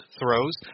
throws